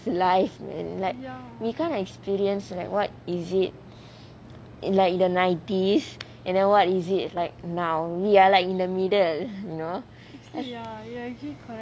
life man like we can't experience like what is it in like the nineties and then what is it like now we are like in the middle you know